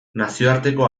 nazioarteko